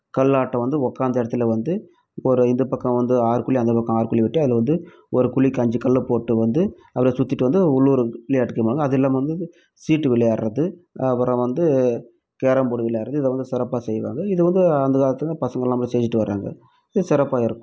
கல்லாட்டம் வந்து உக்காந்த இடத்துல வந்து ஒரு இந்த பக்கம் வந்து ஆறு குழி அந்த பக்கம் ஆறு குழி வெட்டி அதில் வந்து ஒரு குழிக்கு அஞ்சு கல்லை போட்டு வந்து அப்புறம் சுற்றிட்டு வந்து உள்ளூர் விளாட்டுக்குவாங்க அது இல்லாமல் வந்து சீட்டு விளையாடுறது அப்புறம் வந்து கேரம் போடு விளையாடுறது இது வந்து சிறப்பாக செய்வாங்க இது வந்து அந்த காலத்தில் பசங்கள் எல்லாம் வந்து செஞ்சுட்டு வராங்க இது சிறப்பாக இருக்கும்